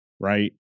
right